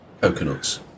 coconuts